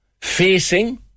facing